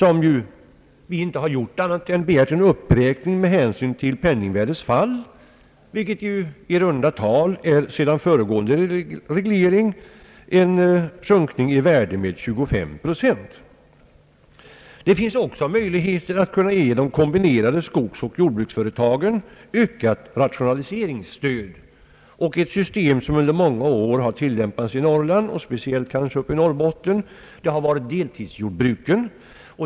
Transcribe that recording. Vi har inte begärt annat än en uppräkning med hänsyn till penningvärdets fall, vilket ju sedan föregående reglering i runda tal uppgår till 25 procent. Det finns också möjligheter att ge de kombinerade skogsoch jordbruksföretagen ökat rationaliseringsstöd. Ett system som under många år tillämpats i Norrland och kanske speciellt i Norrbotten är deltidsjordbruken.